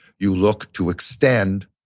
you look to extend,